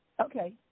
Okay